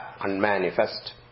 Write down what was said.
unmanifest